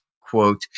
quote